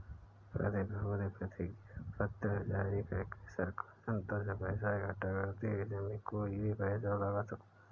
प्रतिभूति प्रतिज्ञापत्र जारी करके सरकार जनता से पैसा इकठ्ठा करती है, इसमें कोई भी पैसा लगा सकता है